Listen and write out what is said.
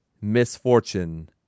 misfortune